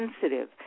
sensitive